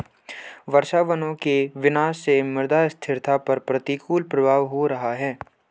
वर्षावनों के विनाश से मृदा स्थिरता पर प्रतिकूल प्रभाव हो रहा है